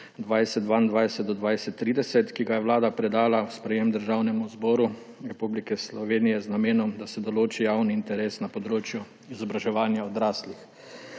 2022−2030, ki ga je Vlada predala v sprejetje Državnemu zboru Republike Slovenije z namenom, da se določi javni interes na področju izobraževanja odraslih,